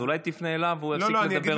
אז אולי תפנה אליו והוא יפסיק לדבר בטלפון?